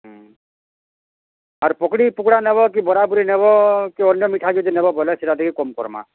ହୁଁ ଆର୍ ପକୁଡ଼ି ପୁକୁଡ଼ା ନେବ କି ବରାବୁରି ନେବ କି ଅନ୍ୟ ମିଠା କିଛି ନେବ ବେଲେ ସେଟା ଟିକେ କମ୍ କର୍ମା